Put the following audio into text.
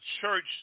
church